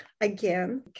again